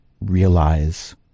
realize